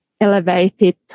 elevated